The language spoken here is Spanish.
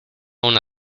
una